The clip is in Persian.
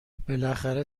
بالاخره